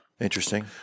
Interesting